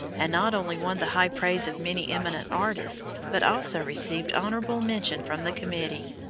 and not only won the high praise of many eminent artists, but also received honorable mention from the committee.